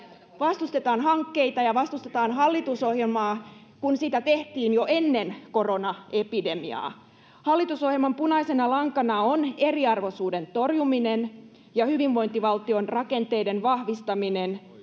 vastustetaan hankkeita ja vastustetaan hallitusohjelmaa kun sitä tehtiin jo ennen koronaepidemiaa hallitusohjelman punaisena lankana on eriarvoisuuden torjuminen ja hyvinvointivaltion rakenteiden vahvistaminen